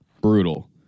brutal